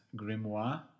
Grimoire